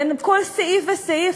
בכל סעיף וסעיף,